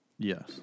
Yes